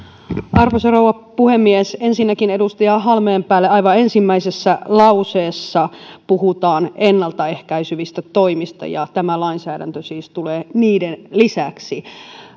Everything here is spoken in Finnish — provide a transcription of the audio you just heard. arvoisa rouva puhemies ensinnäkin edustaja halmeenpäälle aivan ensimmäisessä lauseessa puhutaan ennaltaehkäisevistä toimista ja tämä lainsäädäntö tulee siis niiden lisäksi